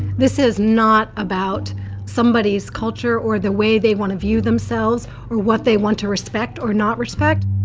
this is not about somebody's culture or the way they want to view themselves or what they want to respect or not respect